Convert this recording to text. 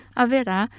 haverá